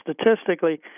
statistically